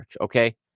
okay